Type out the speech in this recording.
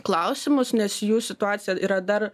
klausimus nes jų situacija yra dar